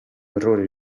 errore